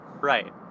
Right